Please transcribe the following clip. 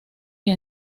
que